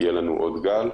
יהיה לנו עוד גל,